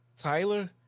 Tyler